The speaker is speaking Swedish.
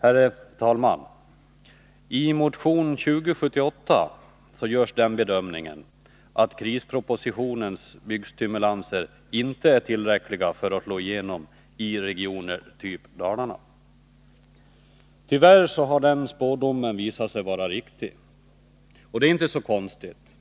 Herr talman! I motion 2078 görs den bedömningen, att krispropositionens byggstimulanser inte är tillräckliga för att slå igenom i regioner av typ Dalarna. Tyvärr har den spådomen visat sig vara riktig. Det är inte så konstigt,